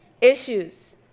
issues